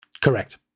Correct